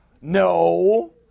No